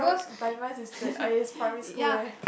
is the ah yes in primary school leh